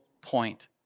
point